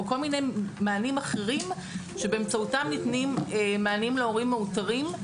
או כל מיני מענים אחרים שבאמצעותם ניתנים מענים להורים מאותרים,